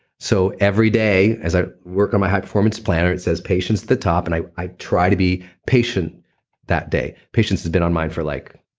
so every day as i work on my high performance planner, it says patience at the top and i i try to be patient that day patience has been on mine for like,